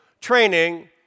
training